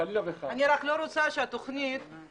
זו הזדמנות לשמוע אותם.